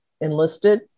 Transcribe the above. enlisted